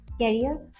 career